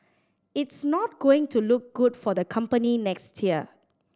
it's not going to look good for the company next year